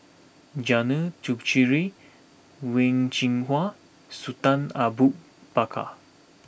Janil Puthucheary Wen Jinhua Sultan Abu Bakar